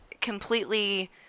completely